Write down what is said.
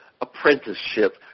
apprenticeship